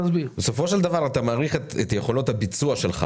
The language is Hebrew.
בסופו של דבר אתה מעריך את יכולות הביצוע שלך